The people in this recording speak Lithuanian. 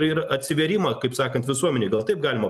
ir atsivėrimą kaip sakant visuomenei gal taip galima